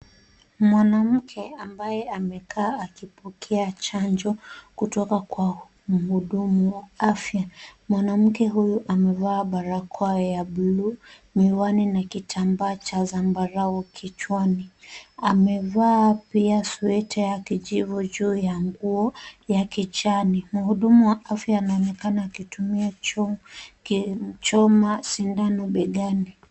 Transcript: Mwanamke ambaye amekaa akipokea chanjo, kutoka kwa mhudumu wa afya. Mwanamke huyu amevaa barakoa ya bluu miwani na kitambaa cha zambarau kichwani. Amevaa pia sueta ya kijivu juu ya nguo ya kijani. Mhudumu wa afya anaonekana akitumia choma sindano begani.